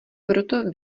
proto